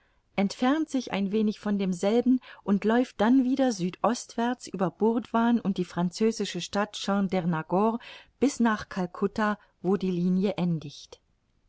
entfernt sich ein wenig von demselben und läuft dann wieder südostwärts über burdivan und die französische stadt chandernagor bis nach calcutta wo die linie endigt